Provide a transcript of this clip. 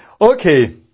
Okay